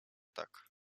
tak